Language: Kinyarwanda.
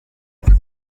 mizi